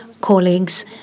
colleagues